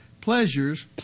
pleasures